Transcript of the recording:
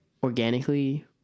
organically